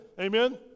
Amen